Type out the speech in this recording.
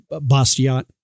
Bastiat